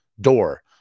door